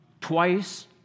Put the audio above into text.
Twice